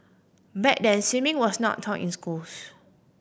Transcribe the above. back then swimming was not taught in schools